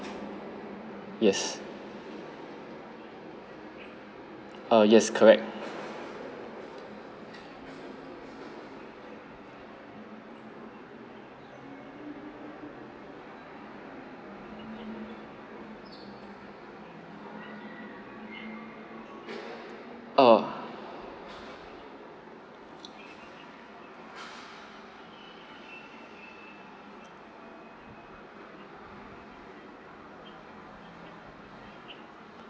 yes err yes correct err